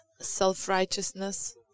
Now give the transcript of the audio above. self-righteousness